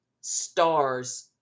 stars